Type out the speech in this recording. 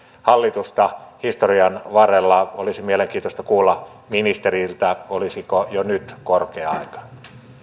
hallitusta historian varrella olisi mielenkiintoista kuulla ministeriltä olisiko jo nyt korkea aika